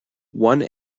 one